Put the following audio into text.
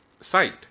site